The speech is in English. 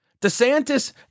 DeSantis